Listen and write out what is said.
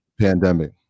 pandemic